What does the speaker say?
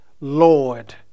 Lord